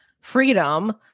freedom